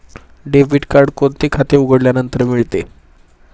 Debit card कोणते खाते उघडल्यानंतर मिळते?